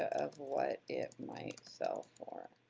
of what it might sell for,